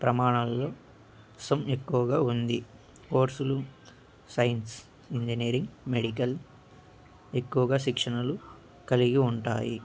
ప్రమాణాల కోసం ఎక్కువగా ఉంది కోర్సులు సైన్స్ ఇంజనీరింగ్ మెడికల్ ఎక్కువగా శిక్షణలు కలిగి ఉంటాయి